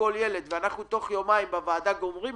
לכל ילד ואנחנו תוך יומיים בוועדה גומרים